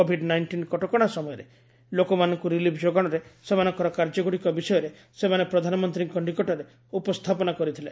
Covid nineteen କଟକଣା ସମୟରେ ଲୋକମାନଙ୍କୁ ରିଲିଫ୍ ଯୋଗାଶରେ ସେମାନଙ୍କର କାର୍ଯ୍ୟଗୁଡ଼ିକ ବିଷୟରେ ସେମାନେ ପ୍ରଧାନମନ୍ତ୍ରୀଙ୍କ ନିକଟରେ ଉପସ୍ଥାପନା କରିଥିଲେ